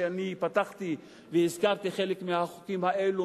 שפתחתי והזכרתי חלק מהחוקים האלה,